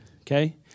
okay